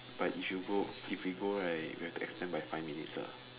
but if you go if we go right we've to extend by five minutes ah